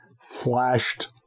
flashed